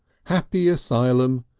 happy asylum,